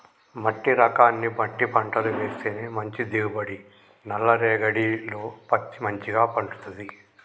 మట్టి రకాన్ని బట్టి పంటలు వేస్తేనే మంచి దిగుబడి, నల్ల రేగఢీలో పత్తి మంచిగ పండుతది